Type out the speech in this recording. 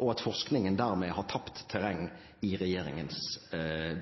og at forskningen dermed har tapt terreng i regjeringens